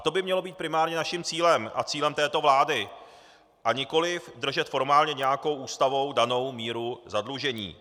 To by mělo být primárně naším cílem a cílem této vlády, a nikoliv držet formálně nějakou ústavou danou míru zadlužení.